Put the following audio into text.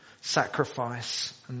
sacrifice